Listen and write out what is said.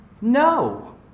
No